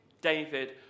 David